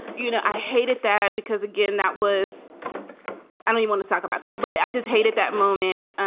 you know, i hated that because again, that was i don't want to talk about that, but i just hated that moment.